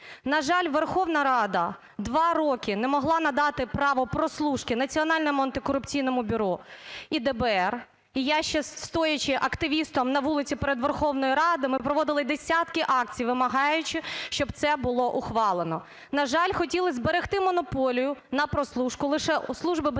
На жаль, Верховна Рада два роки не могла надати право прослушки Національному антикорупційному бюро і ДБР, і я зараз, стоячи активістом на вулиці перед Верховною Радою ми проводили десятки акцій, вимагаючи, щоб це було ухвалено. На жаль, хотілось зберегти монополію на прослушку лише Службі безпеки